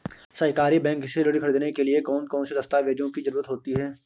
सहकारी बैंक से ऋण ख़रीदने के लिए कौन कौन से दस्तावेजों की ज़रुरत होती है?